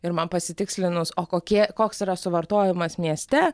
ir man pasitikslinus o kokie koks yra suvartojimas mieste